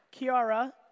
Kiara